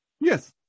Yes